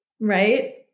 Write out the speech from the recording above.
Right